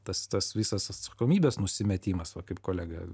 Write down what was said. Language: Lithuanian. tas tas visas atsakomybės nusimetimas va kaip kolega